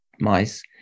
mice